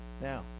Now